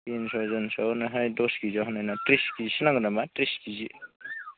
तिनस'जनसोआवहाय दस केजियाव होनो त्रिस केजिसो नांगौ नामा त्रिस केजि